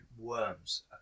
worms